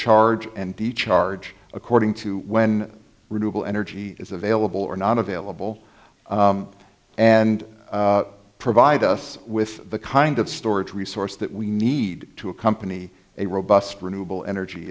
charge and the charge according to when renewable energy is available or not available and provide us with the kind of storage resource that we need to accompany a robust renewable energy